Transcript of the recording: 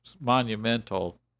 monumental